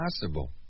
possible